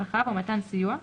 צרכיו ומתן סיוע,